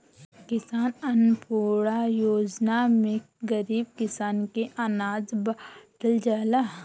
किसान अन्नपूर्णा योजना में गरीब किसान के अनाज बाटल जाता